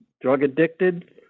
drug-addicted